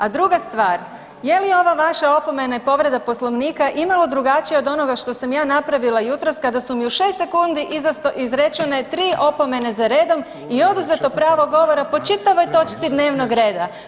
A druga stvar je li ova opomena i povreda Poslovnika imalo drugačija od onoga što sam ja napravila jutros kada su mi u 6 sekundi izrečene 3 opomene za redom i oduzeto pravo govora po čitavoj točci dnevnog reda.